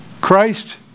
Christ